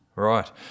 Right